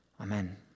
Amen